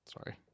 sorry